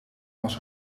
was